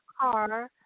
car